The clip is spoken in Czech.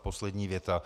Poslední věta.